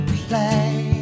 play